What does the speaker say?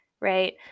right